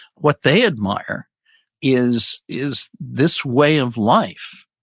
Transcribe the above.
what they admire is is this way of life,